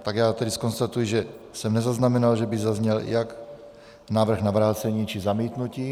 Tak já zkonstatuji, že jsem nezaznamenal, že by zazněl jak návrh na vrácení či zamítnutí.